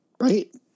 Right